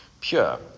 pure